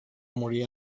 morir